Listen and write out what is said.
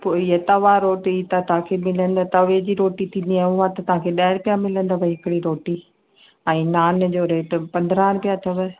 पोइ इअ तवा रोटी त तव्हांखे बिना तवे जी रोटी थींदी आहे हूअ त तव्हांखे ॾह रुपिया मिलंदव हिकिड़ी रोटी ऐं नान जो रेट पंद्रहं रुपिया अथव